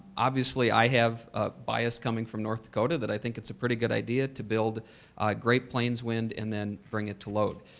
obviously i have ah bias coming from north dakota that i think it's a pretty good idea to build great plains wind and then bring it to load.